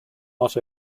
not